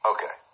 Okay